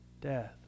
Death